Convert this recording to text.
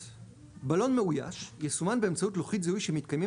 בלון מאויש יסומן באמצעות לוחית זיהוי שמתקיימים